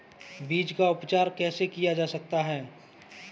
बीज का उपचार कैसे किया जा सकता है?